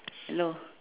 hello